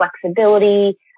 flexibility